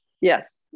Yes